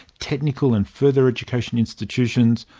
technical and further education institutions,